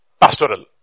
pastoral